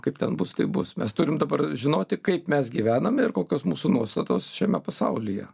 kaip ten bus taip bus mes turim dabar žinoti kaip mes gyvename ir kokios mūsų nuostatos šiame pasaulyje